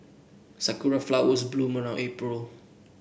sakura flowers bloom around April